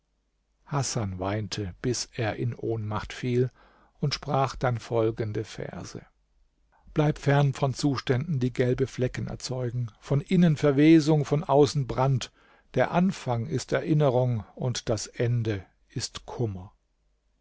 hasan weinte bis er in ohnmacht fiel und sprach dann folgende verse bleib fern von zuständen die gelbe flecken erzeugen von innen verwesung von außen brand der anfang ist erinnerung und das ende ist kummer